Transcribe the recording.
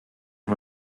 and